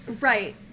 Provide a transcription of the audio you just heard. Right